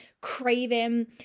craving